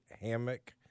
hammock